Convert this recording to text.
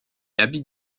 habite